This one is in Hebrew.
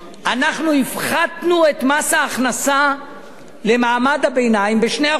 אנחנו הפחתנו את מס ההכנסה למעמד הביניים ב-2%,